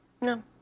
no